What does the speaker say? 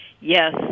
Yes